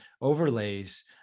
overlays